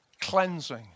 Cleansing